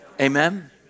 Amen